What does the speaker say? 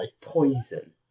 Poison